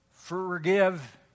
Forgive